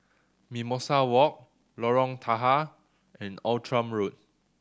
Mimosa Walk Lorong Tahar and Outram Road